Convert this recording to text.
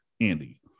Andy